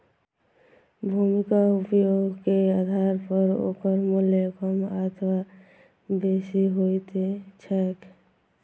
भूमिक उपयोगे के आधार पर ओकर मूल्य कम अथवा बेसी होइत छैक